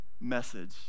message